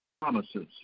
promises